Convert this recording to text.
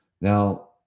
Now